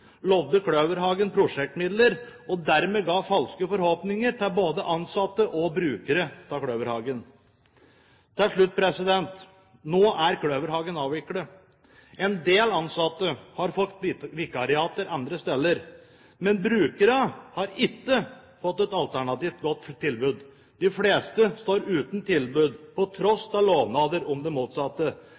dermed ga falske forhåpninger til både ansatte og brukere av Kløverhagen. Til slutt: Nå er Kløverhagen avviklet. En del ansatte har fått vikariater andre steder, men brukerne har ikke fått et alternativt, godt tilbud. De fleste står uten tilbud på tross av lovnader om det motsatte.